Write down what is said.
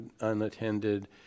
unattended